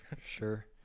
sure